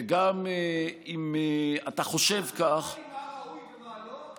וגם אם אתה חושב כך, אתה לא תגיד מה ראוי ומה לא,